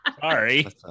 Sorry